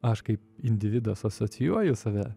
aš kaip individas asocijuoju save